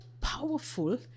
powerful